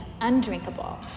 undrinkable